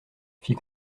fit